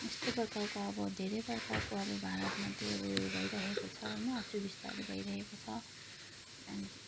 यस्तै प्रकारको अब धेरै प्रकारको अब भारतमा त्यही उयो भइरहेको छ होइन असुविस्ताहरू भइरहेको छ